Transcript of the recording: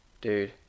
dude